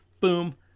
boom